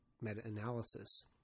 meta-analysis